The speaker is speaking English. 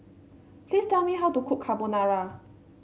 please tell me how to cook Carbonara